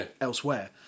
elsewhere